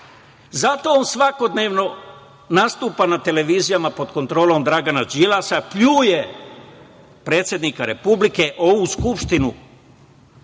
Zato on svakodnevno nastupa na televizijama pod kontrolom Dragana Đilasa, pljuje predsednika Republike, ovu Skupštinu,